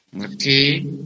okay